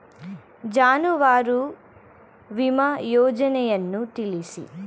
ಜಾನುವಾರು ವಿಮಾ ಯೋಜನೆಯನ್ನು ತಿಳಿಸಿ?